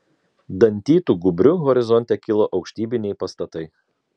dantytu gūbriu horizonte kilo aukštybiniai pastatai